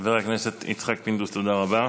חבר הכנסת יצחק פינדרוס, תודה רבה.